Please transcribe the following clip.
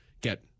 get